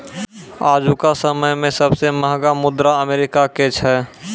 आजुका समय मे सबसे महंगा मुद्रा अमेरिका के छै